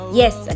yes